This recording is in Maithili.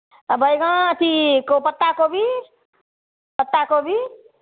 आओर बैगन अथी को पत्ता कोबी पत्ता कोबी